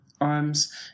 arms